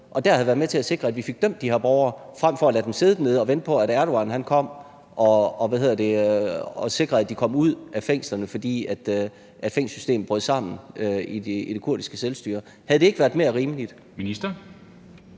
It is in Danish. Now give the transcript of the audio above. og været med til at sikre, at vi fik dømt de her borgere, frem for at lade dem sidde dernede og vente på, at Erdogan kom og sikrede, at de kom ud af fængslerne, fordi fængselssystemet brød sammen i det kurdiske selvstyre? Havde det ikke været mere rimeligt?